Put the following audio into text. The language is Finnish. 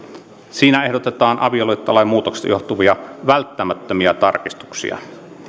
siinä ehdotetaan avioliittolain muutoksesta johtuvia välttämättömiä tarkistuksia